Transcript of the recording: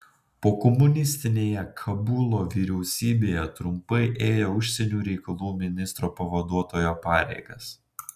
pokomunistinėje kabulo vyriausybėje trumpai ėjo užsienio reikalų ministro pavaduotojo pareigas